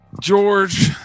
George